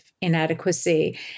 inadequacy